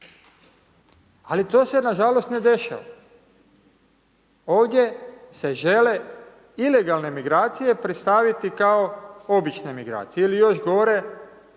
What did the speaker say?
Ali to se nažalost ne dešava. Ovdje se žele ilegalne migracije predstaviti kao obične migracije ili još gore,